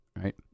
right